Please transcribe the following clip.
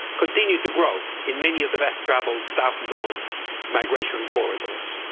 continue to grow in many of the best traveled south north migration corridors.